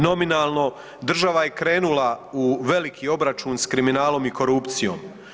Nominalno država je krenula u veliki obračun s kriminalom i korupcijom.